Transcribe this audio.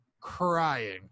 crying